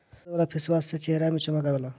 शहद वाला फेसवाश से चेहरा में चमक आवेला